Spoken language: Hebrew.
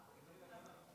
חבר הכנסת סמי אבו שחאדה,